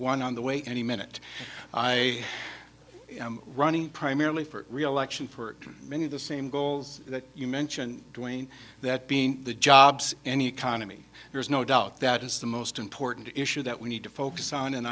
one on the way any minute i am running primarily for reelection for many of the same goals that you mentioned doing that being the jobs and economy there is no doubt that is the most important issue that we need to focus on and